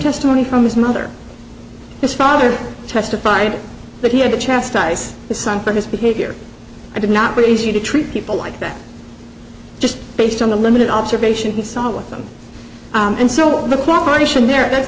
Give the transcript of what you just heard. testimony from his mother his father testified that he had to chastise his son for his behavior i did not raise you to treat people like that just based on the limited observation he saw with them and so the cooperation there and that's